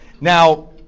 Now